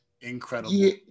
incredible